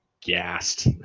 gassed